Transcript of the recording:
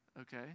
okay